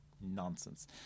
nonsense